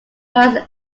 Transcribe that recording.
various